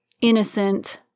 innocent